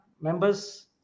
members